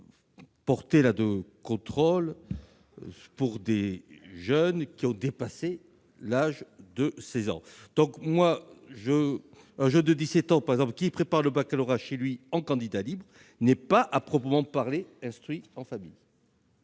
le contrôle aux jeunes qui ont dépassé l'âge de 16 ans. Ainsi, un jeune de 17 ans qui prépare le baccalauréat chez lui en candidat libre n'est pas, à proprement parler, instruit en famille.